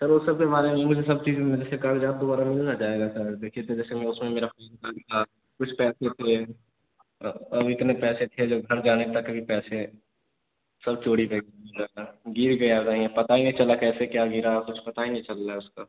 sir वह सब के बारे में मुझे सब चीज़ में जैसे नहीं ना जाएगा सर अब देखिए तो वैसे उसमें मेरा था कुछ अब इतने पैसे थे नहीं घर जाने तक ही पैसे सब चोरी कर लिया सर गिर गया रहेगा पता ही नहीं चला कैसे क्या गिरा कुछ पता ही नहीं चल रहा उसका